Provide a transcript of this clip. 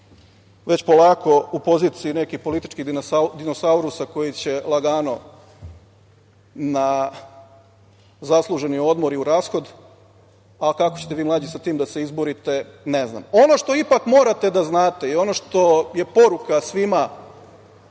već polako u poziciji neki politički dinosaurusa koji će lagano na zasluženi odmor i u rashod, ali kako ćete vi mlađi sa time da se izborite ne znam. Ono što ipak morate da znate i ono što je poruka svima